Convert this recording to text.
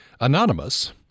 anonymous –